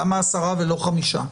למה עשרה ולא חמישה?